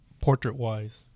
portrait-wise